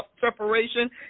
separation